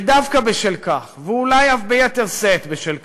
ודווקא בשל כך, ואולי אף ביתר שאת בשל כך,